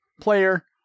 Player